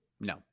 No